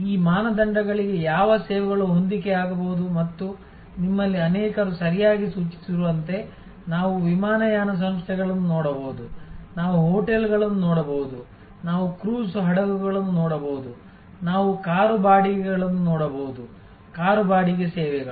ಈ ಮಾನದಂಡಗಳಿಗೆ ಯಾವ ಸೇವೆಗಳು ಹೊಂದಿಕೆಯಾಗಬಹುದು ಮತ್ತು ನಿಮ್ಮಲ್ಲಿ ಅನೇಕರು ಸರಿಯಾಗಿ ಸೂಚಿಸಿರುವಂತೆ ನಾವು ವಿಮಾನಯಾನ ಸಂಸ್ಥೆಗಳನ್ನು ನೋಡಬಹುದು ನಾವು ಹೋಟೆಲ್ಗಳನ್ನು ನೋಡಬಹುದು ನಾವು ಕ್ರೂಸ್ ಹಡಗುಗಳನ್ನು ನೋಡಬಹುದು ನಾವು ಕಾರು ಬಾಡಿಗೆಗಳನ್ನು ನೋಡಬಹುದು ಕಾರು ಬಾಡಿಗೆ ಸೇವೆಗಳು